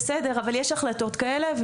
בסדר, אבל יש החלטות כאלה.